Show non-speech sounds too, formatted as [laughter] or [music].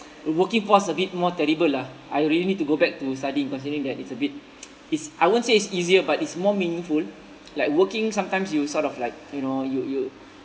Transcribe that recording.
working force a bit more terrible lah I really need to go back to studying considering that it's a bit [noise] is I won't say it's easier but it's more meaningful like working sometimes you sort of like you know you you